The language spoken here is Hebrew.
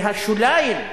והשוליים,